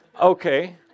Okay